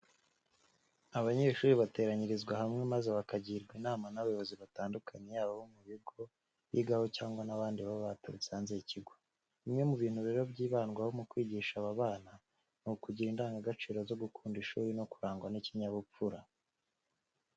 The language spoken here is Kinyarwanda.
Abanyeshuri bateranyirizwa hamwe maze bakagirwa inama n'abayobozi batandukanye yaba abo mu kigo bigaho cyangwa n'abandi baba baturutse hanze y'ikigo. Bimwe mu bintu rero byibandwaho mu kwigisha aba bana, ni ukugira indangagaciro zo gukunda ishuri no kurangwa n'ikinyabupfura.